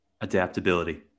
adaptability